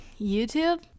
YouTube